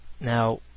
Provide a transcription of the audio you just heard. Now